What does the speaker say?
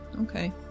Okay